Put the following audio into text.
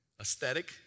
Aesthetic